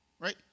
right